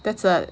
that's like